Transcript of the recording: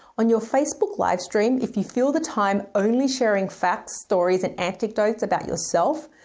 on your facebook livestream, if you fill the time only sharing facts, stories, and anecdotes about yourself,